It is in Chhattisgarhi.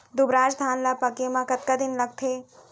दुबराज धान ला पके मा कतका दिन लगथे?